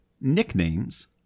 Nicknames